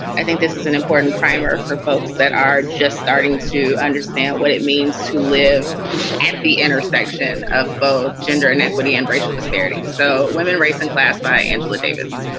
i think this is an important primer for folks that are just starting to understand what it means to live at the intersection of both gender inequity and racial disparity. so women race and class by angela davis.